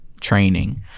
training